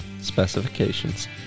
specifications